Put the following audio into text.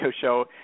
show